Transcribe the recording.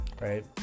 Right